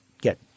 get